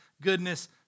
goodness